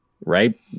right